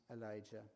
Elijah